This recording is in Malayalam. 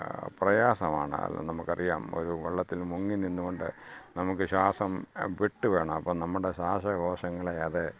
പ്രയാസമാണ് അത് നമുക്കറിയാം ഒരു വെള്ളത്തിൽ മുങ്ങി നിന്നുകൊണ്ട് നമുക്ക് ശ്വാസം വിട്ടുവേണം അപ്പം നമ്മുടെ ശ്വാസകോശങ്ങളെ അത്